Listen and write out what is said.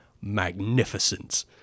magnificent